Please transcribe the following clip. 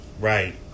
Right